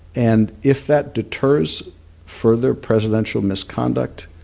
and if that deters further presidential misconduct,